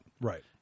Right